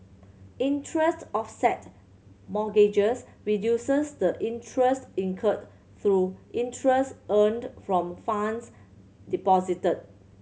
interest offset mortgages reduces the interest incurred through interest earned from funds deposited